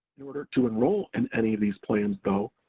in order to enroll in any of these plans, though,